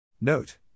Note